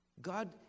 God